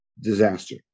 disaster